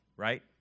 right